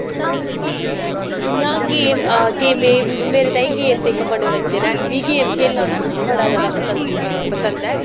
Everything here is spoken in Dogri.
जियां गेम गेमें मेरे ताईं गेम ते इक मनोरंजन ऐ में गेम खेलना ना बड़ा जैदा पसंद पसंद ऐ